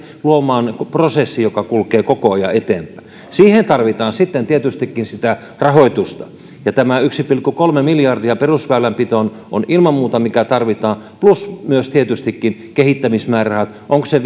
luomaan prosessi joka kulkee koko ajan eteenpäin siihen tarvitaan sitten tietystikin sitä rahoitusta tämä yksi pilkku kolme miljardia perusväylänpitoon ilman muuta tarvitaan plus myös tietystikin kehittämismäärärahat onko se